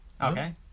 Okay